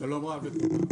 שלום רב לכולם,